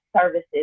services